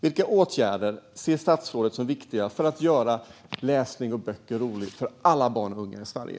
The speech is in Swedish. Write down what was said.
Vilka åtgärder ser statsrådet som viktiga för att göra läsning och böcker roligt för alla barn och unga i Sverige?